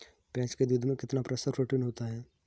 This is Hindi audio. भैंस के दूध में कितना प्रतिशत प्रोटीन होता है?